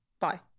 bye